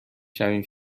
شویم